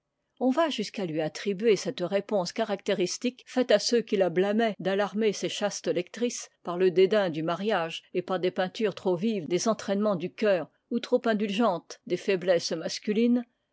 on va jusqu'à lui attribuer cette réponse caractéristique faite à ceux qui la blâmaient d'alarmer ses chastes lectrices par le dédain du mariage et par des peintures trop vives des entraînemens du cœur ou trop indulgentes des faiblesses masculines